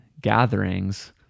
gatherings